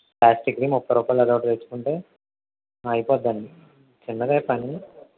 ప్లాస్టిక్ది ముప్పై రూపాయలు అది ఒకటి తెచ్చుకుంటే అయిపోతుందండి చిన్నదే పని